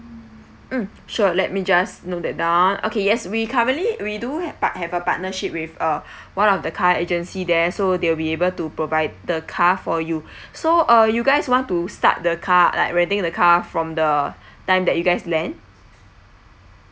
mm sure let me just note that down okay yes we currently we do part~ have a partnership with uh one of the car agency there so they'll be able to provide the car for you so uh you guys want to start the car like renting the car from the time that you guys land